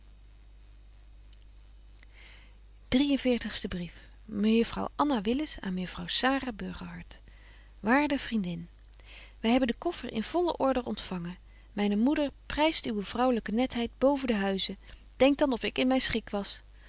mejuffrouw anna willis aan mejuffrouw sara burgerhart waarde vriendin wy hebben de koffer in volle order ontfangen myne moeder pryst uwe vrouwelyke netheid boven de huizen denk dan of ik in myn schik was